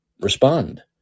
respond